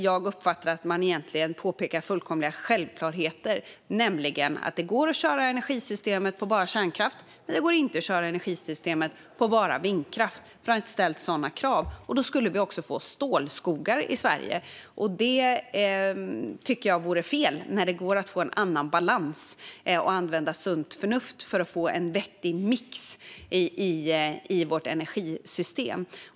Jag uppfattar att man egentligen påpekar fullkomliga självklarheter, som att det går att köra energisystemet på bara kärnkraft men inte på bara vindkraft. Det har inte ställts sådana krav. Då skulle vi också få stålskogar i Sverige. Det tycker jag vore fel, när det går att få en annan balans och använda sunt förnuft för att få en vettig mix i vårt energisystem.